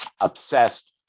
obsessed